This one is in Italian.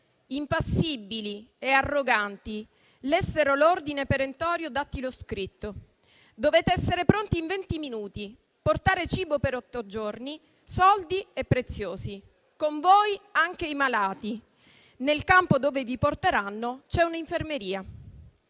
Impassibili e arroganti, lessero l'ordine perentorio dattiloscritto: "Dovete essere pronti in venti minuti, portare cibo per otto giorni, soldi e preziosi, con voi anche i malati. Nel campo dove vi porteranno c'è un'infermeria".